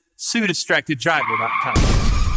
suedistracteddriver.com